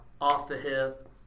off-the-hip